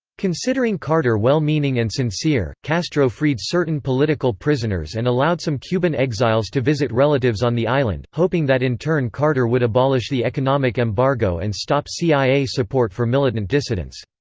considering carter well-meaning and sincere, castro freed certain political prisoners and allowed some cuban exiles to visit relatives on the island, hoping that in turn carter would abolish the economic embargo and stop cia support for militant dissidents.